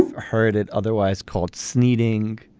ah heard it otherwise called sneezing.